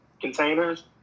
containers